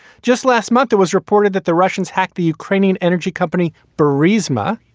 just last month, it was reported that the russians hacked the ukrainian energy company berris wma,